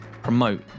promote